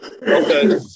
Okay